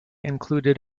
included